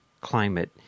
climate